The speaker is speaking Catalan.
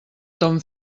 ton